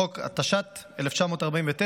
חוק התש"ט 1949,